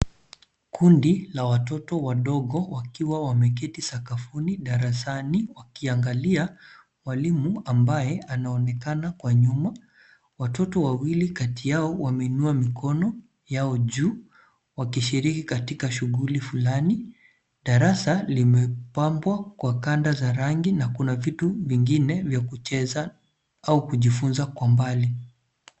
Kundi la watoto wadogo wakiwa wameketi sakafuni darasani wakiangalia mwalimu ambaye anaonekana kwa nyuma. Watoto wawili kati yao wameinua mikono yao juu, wakishiriki katika shughuli fulani. Darasa limepambwa kwa kanda za rangi na kuna vitu vingine vya kucheza au kujifunza kwa mbali.